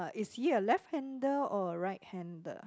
is he a left hander or a right hander